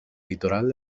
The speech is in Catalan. litoral